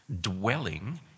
dwelling